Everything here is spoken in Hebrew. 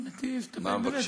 מה מבקשים, מבחינתי, להסתפק בזה.